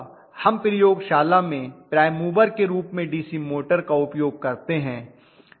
हम प्रयोगशाला में प्राइम मूवर के रूप में डीसी मोटर का उपयोग करते हैं